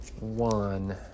one